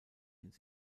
ins